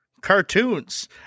cartoons